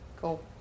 Cool